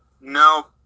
No